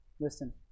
Listen